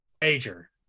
Major